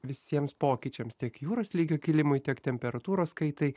visiems pokyčiams tiek jūros lygio kilimui tiek temperatūros kaitai